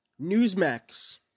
Newsmax